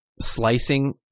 Slicing